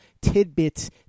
tidbits